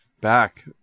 back